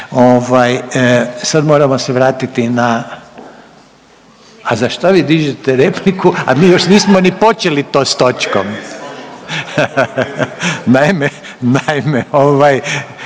sad moramo se vrati na, a za šta vi dižete repliku, a mi još nismo ni počeli to s točkom …/Upadica se